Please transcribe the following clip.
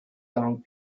dong